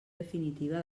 definitiva